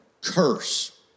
Curse